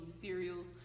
cereals